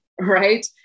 right